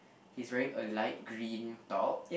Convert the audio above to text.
he's wearing a light green top